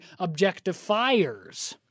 objectifiers